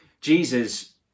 Jesus